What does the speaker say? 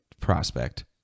prospect